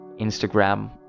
instagram